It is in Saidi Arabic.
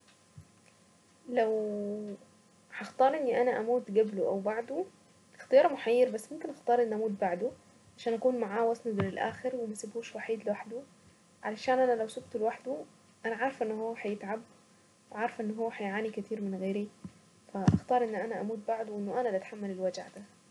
لو هختار اني انا اموت قبله او بعده، اختيار محير بس ممكن اختار اني اموت بعده عشان اكون معاه واصمد للآخر وما اسيبهوش وحيد لوحده، علشان انا لو سبته لوحده انا عارفة ان هو هيتعب، وعارفة ان هو هيعاني كتير من غيري، فاختار ان انا اموت بعده، وانا اللي اتحمل الوجع.